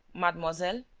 mademoiselle?